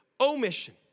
omission